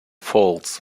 falls